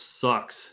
sucks